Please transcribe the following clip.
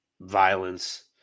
violence